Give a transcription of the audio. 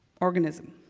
organism.